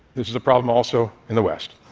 this is a problem also in the west.